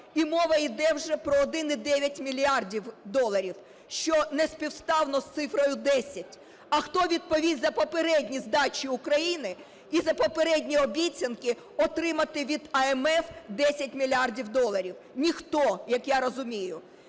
і мова іде вже про 1,9 мільярда доларів, що неспівставно з цифрою 10. А хто відповість за попередні здачі України і за попередні обіцянки отримати від МВФ 10 мільярдів доларів? Ніхто, як я розумію.